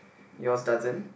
yours doesn't